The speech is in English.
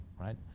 right